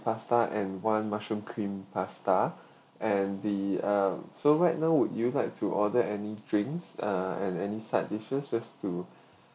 pasta and one mushroom cream pasta and the uh so right now would you like to order any drinks uh and any side dishes just to